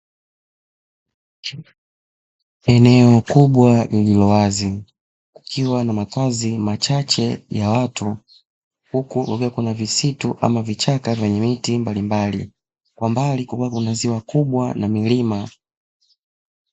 Eneo kubwa lililo wazi kukiwa na makazi machache ya watu, huku kukiwa kuna visitu ama vichaka vyenye miti mbalimbali, kwa mbali kukiwa kuna ziwa kubwa na milima.